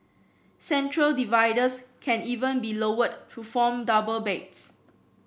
central dividers can even be lowered to form double beds